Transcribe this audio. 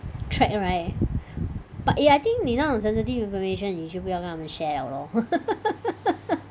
track right but eh I think 你那种 sensitive information 你就不要跟他们 share liao lor